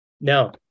No